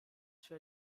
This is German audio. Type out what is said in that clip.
für